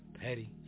Petty